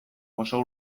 oso